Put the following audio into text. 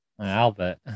Albert